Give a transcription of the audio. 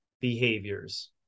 behaviors